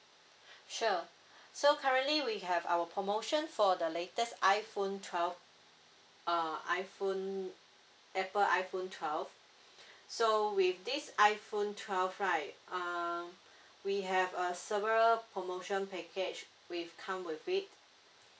sure so currently we have our promotion for the latest iphone twelve uh iphone apple iphone twelve so with this iphone twelve right uh we have a several promotion package with come with it